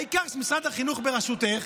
העיקר שמשרד החינוך בראשותך.